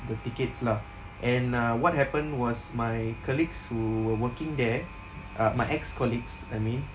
the tickets lah and uh what happened was my colleagues who were working there uh my ex-colleagues I mean